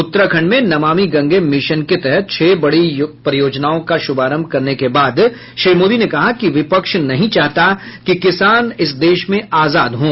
उत्तराखंड में नमामि गंगे मिशन के तहत छह बड़ी परियोजनाओं का शुभारभ करने के बाद श्री मोदी ने कहा कि विपक्ष नहीं चाहता कि किसान इस देश में आजाद हों